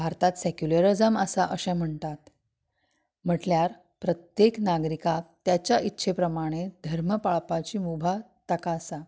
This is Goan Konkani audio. भारतांत सेक्युलेरिजम आसा अशें म्हणटात म्हणल्यार प्रत्येक नागरिकाक त्याच्या इच्छे प्रमाणे धर्म पाळपाची मुभा ताका आसा